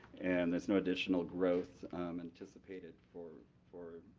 and there's no additional growth anticipated for for